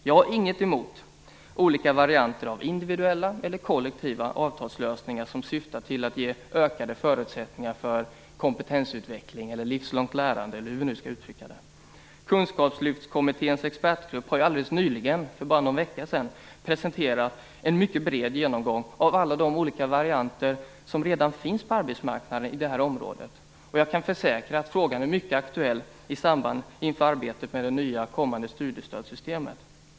Jag har inget emot olika varianter av individuella eller kollektiva avtalslösningar som syftar till att ge ökade förutsättningar för kompetensutveckling, livslångt lärande eller hur vi nu skall uttrycka det. Kunskapslyftskommitténs expertgrupp har för bara någon vecka sedan presenterat en mycket bred genomgång av alla varianter av det här som redan finns på arbetsmarknaden, och jag kan försäkra att frågan är mycket aktuell inför arbetet med det kommande studiestödssystemet.